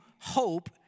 hope